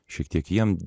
šiek tiek jiem